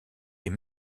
est